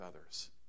others